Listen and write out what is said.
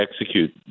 execute